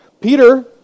Peter